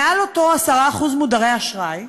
מעל אותם 10% מודרי אשראי.